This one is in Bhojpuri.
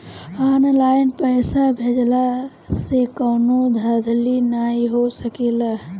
ऑनलाइन पइसा भेजला से कवनो धांधली नाइ हो सकेला